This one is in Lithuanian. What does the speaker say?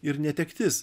ir netektis